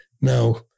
Now